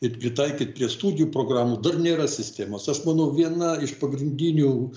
ir pritaikyt prie studijų programų dar nėra sistemos aš manau viena iš pagrindinių